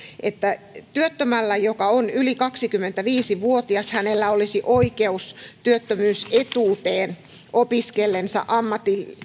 että työttömällä joka on yli kaksikymmentäviisi vuotias olisi oikeus työttömyysetuuteen opiskellessaan ammatillisia